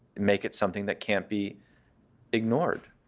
make it something that can't be ignored.